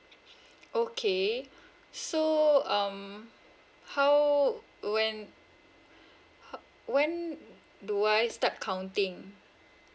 okay so um how when uh when do I start counting